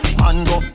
mango